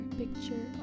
picture